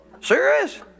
Serious